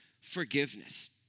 forgiveness